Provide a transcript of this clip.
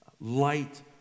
light